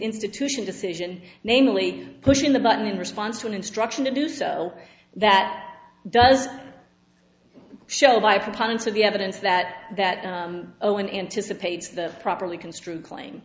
institution decision namely pushing the button in response to an instruction to do so that does show by a preponderance of the evidence that that owen anticipates the properly construed claim